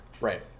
Right